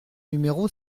numéro